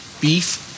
beef